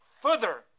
further